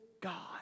God